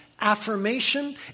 affirmation